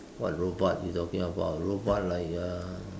what robot you talking about robot like uh